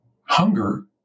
Hunger